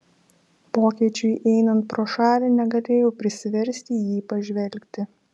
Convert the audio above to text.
vokiečiui einant pro šalį negalėjau prisiversti į jį pažvelgti